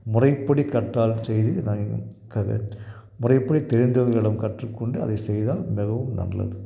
முறைப்படி கற்றால் செய்து நான் முறைப்படி தெரிந்தவர்களிடம் கற்றுக்கொண்டு அதை செய்தால் மிகவும் நல்லது